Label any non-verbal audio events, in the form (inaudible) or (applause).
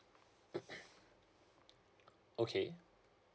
(coughs) okay